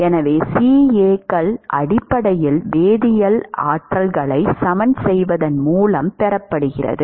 எனவே CA கள் அடிப்படையில் வேதியியல் ஆற்றல்களை சமன் செய்வதன் மூலம் பெறப்படுகிறது